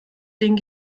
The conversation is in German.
denen